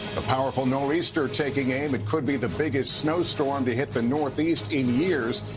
the powerful nor'easter taking aim. and could be the biggest snowstorm to hit the northeast in years.